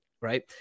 right